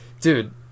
Dude